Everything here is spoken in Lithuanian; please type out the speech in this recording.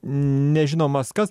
nežinomas kas